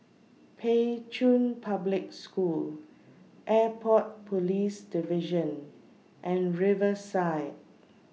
Pei Chun Public School Airport Police Division and Riverside